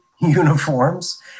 uniforms